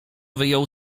wyjął